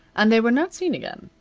and they were not seen again.